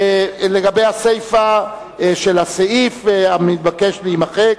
51 בעד, ארבעה נגד, אין נמנעים.